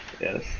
Yes